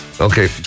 okay